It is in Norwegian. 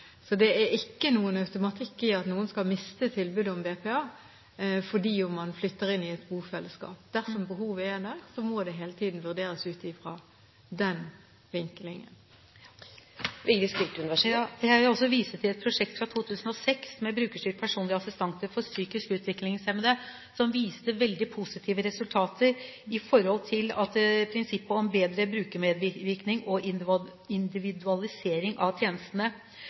Det er ikke noen automatikk i at man skal miste tilbudet med BPA fordi man flytter inn i et bofellesskap. Dersom behovet er der, må det hele tiden vurderes ut fra den vinklingen. Jeg vil også vise til et prosjekt fra 2006 med brukerstyrt personlig assistent for psykisk utviklingshemmede som viste veldig positive resultater i forhold til prinsippet om bedre brukermedvirkning og individualisering av tjenestene,